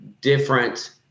different